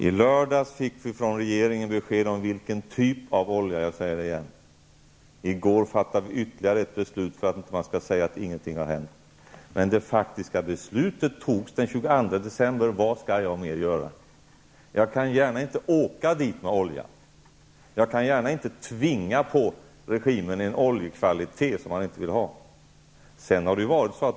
I lördags fick vi regeringens besked om vilken typ av olja som önskades -- jag säger det igen. I går fattade vi ytterligare ett beslut, för att man inte skall säga att ingenting har hänt. Men det faktiska beslutet fattades den 22 december. Vad skall jag mer göra? Jag kan inte gärna åka dit med olja eller tvinga på regimen en oljekvalitet som den inte vill ha.